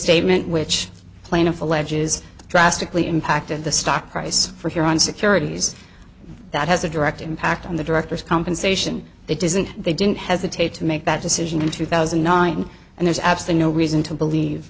restatement which plaintiff alleges drastically impacted the stock price for here on securities that has a direct impact on the directors compensation they didn't they didn't hesitate to make that decision in two thousand and nine and there's absolutely no reason to believe